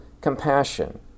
compassion